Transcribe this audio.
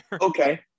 Okay